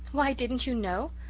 why, didn't you know?